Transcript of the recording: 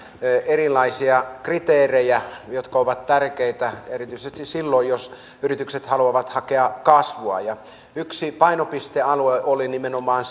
erilaisia kriteerejä jotka ovat tärkeitä erityisesti silloin jos yritykset haluavat hakea kasvua ja yksi painopistealue oli nimenomaan